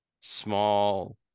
small